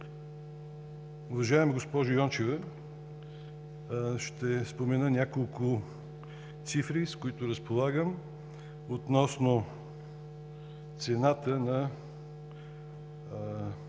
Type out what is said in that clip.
Уважаема госпожо Йончева, ще спомена няколко цифри, с които разполагам относно цената на